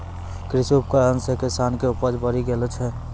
कृषि उपकरण से किसान के उपज बड़ी गेलो छै